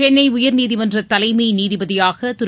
சென்னை உயர்நீதிமன்ற தலைமை நீதிபதியாக திரு